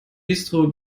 bistro